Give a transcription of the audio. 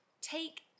take